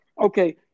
okay